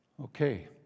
Okay